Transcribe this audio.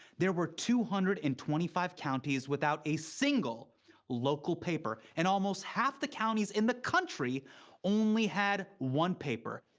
there were two hundred and twenty five counties without a single local paper. and almost half the counties in the country only had one paper.